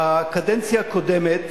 בקדנציה הקודמת